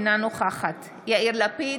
אינה נוכחת יאיר לפיד,